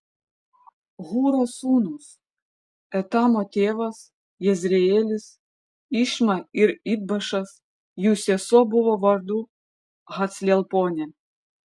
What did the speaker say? hūro sūnūs etamo tėvas jezreelis išma ir idbašas jų sesuo buvo vardu haclelponė